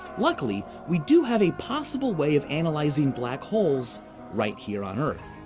luckily, we do have a possible way of analyzing black holes right here on earth.